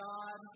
God